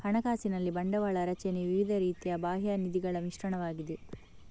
ಹಣಕಾಸಿನಲ್ಲಿ ಬಂಡವಾಳ ರಚನೆಯು ವಿವಿಧ ರೀತಿಯ ಬಾಹ್ಯ ನಿಧಿಗಳ ಮಿಶ್ರಣವಾಗಿದೆ